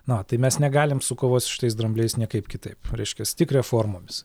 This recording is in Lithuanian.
na va tai mes negalim sukovot su šitais drambliais niekaip kitaip reiškias tik reformomis